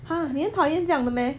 !huh! 你很讨厌酱的 meh